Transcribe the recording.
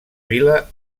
vila